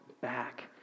back